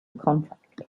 contract